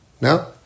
No